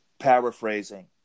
Paraphrasing